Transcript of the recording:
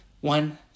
One